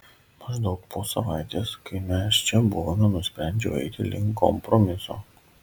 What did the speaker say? maždaug po savaitės kai mes čia buvome nusprendžiau eiti link kompromiso